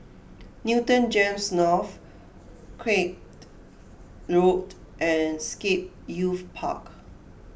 Newton G E M S North Craig Road and Scape Youth Park